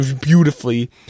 beautifully